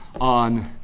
on